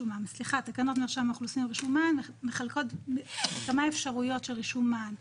תקנות מרשם אוכלוסין מחלקות בין כמה אפשרויות של רישום מען.